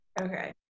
Okay